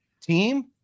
team